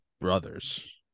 Brothers